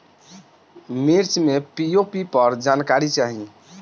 मिर्च मे पी.ओ.पी पर जानकारी चाही?